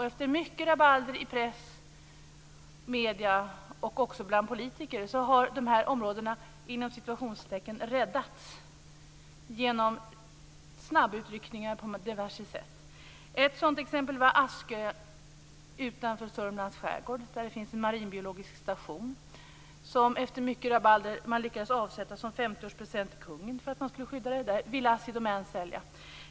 Efter mycket rabalder i press och andra medier liksom bland politiker har de här områdena "räddats" genom snabbutryckningar på diverse sätt. Ett exempel är Askö utanför Sörmlands skärgård. Där finns det en marinbiologisk station som man efter mycket rabalder lyckades avsätta som 50-årspresent till kungen just för att skydda marken. Den ville Assi Domän sälja.